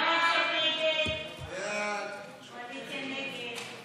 יש עוד 2.5 מיליארד שקלים מה-6 שיועדו לתכלית הזאת,